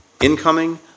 Incoming